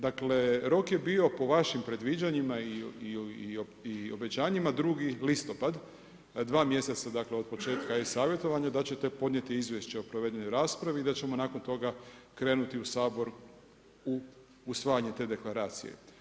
Dakle, rok je bio po vašim predviđanjima i obećanjima 2. listopad, 2 mjeseca dakle od početka e-savjetovanja da ćete podnijeti izvješće o provedenoj raspravi i da ćemo nakon toga krenuti u Sabor u usvajanje te deklaracije.